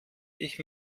ich